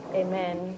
amen